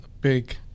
big